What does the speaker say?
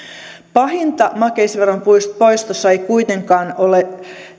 pahinta makeisveron poistossa ei kuitenkaan ole